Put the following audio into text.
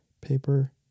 Paper